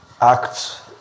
act